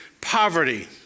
poverty